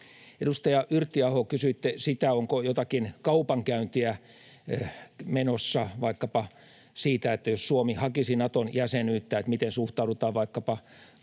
Edustaja Yrttiaho, kysyitte, onko jotakin kaupankäyntiä menossa vaikkapa siitä, että jos Suomi hakisi Naton jäsenyyttä, miten suhtaudutaan vaikkapa Turkin